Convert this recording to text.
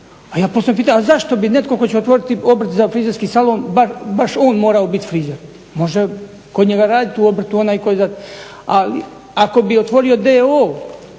pa ja postavljam pitanje zašto bi netko tko će otvoriti obrt za frizerski salon baš on morao biti frizer. Može kod njega raditi u obrtu onaj tko je. Ali ako bi otvorio d.o.o.